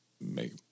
make